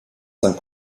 cinq